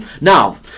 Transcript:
Now